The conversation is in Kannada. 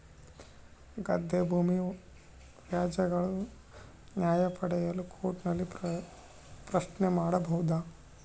ಗದ್ದೆ ಭೂಮಿ ವ್ಯಾಜ್ಯಗಳ ನ್ಯಾಯ ಪಡೆಯಲು ಕೋರ್ಟ್ ನಲ್ಲಿ ಪ್ರಶ್ನೆ ಮಾಡಬಹುದಾ?